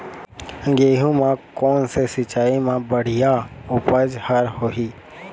गेहूं म कोन से सिचाई म बड़िया उपज हर होही?